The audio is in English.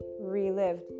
relived